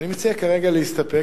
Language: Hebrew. אני מציע כרגע להסתפק,